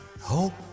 Hope